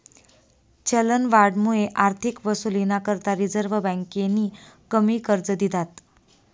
चलनवाढमुये आर्थिक वसुलीना करता रिझर्व्ह बँकेनी कमी कर्ज दिधात